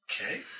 Okay